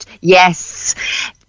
yes